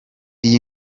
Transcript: iyi